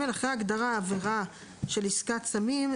אחרי ההגדרה "עבירה של עסקת סמים"